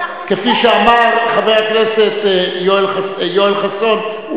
כפי שאמר חבר הכנסת יואל חסון,